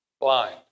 Blind